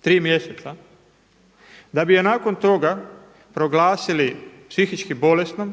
tri mjeseca, da bi je nakon toga proglasili psihički bolesnom.